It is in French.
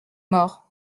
mort